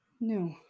No